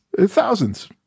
thousands